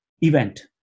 event